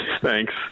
Thanks